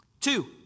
Two